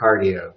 cardio